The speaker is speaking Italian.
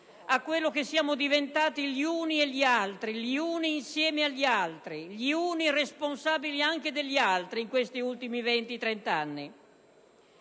a quello che siamo diventati gli uni e gli altri, gli uni insieme agli altri, gli uni responsabili anche degli altri, in questi ultimi 20-30 anni.